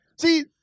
See